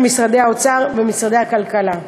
של משרד האוצר ומשרד הכלכלה.